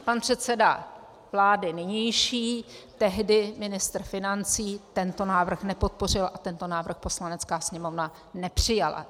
Pan předseda vlády nynější, tehdy ministr financí, tento návrh nepodpořil a tento návrh Poslanecká sněmovna nepřijala.